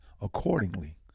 accordingly